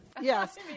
Yes